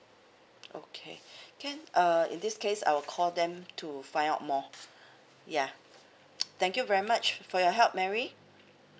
okay can uh in this case I will call them to find out more yeah thank you very much for your help mary